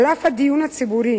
על אף הדיון הציבורי